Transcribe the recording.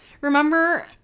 remember